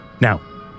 Now